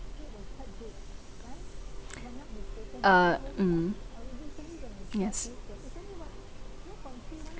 ugh mm yes